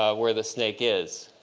ah where the snake is.